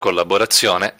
collaborazione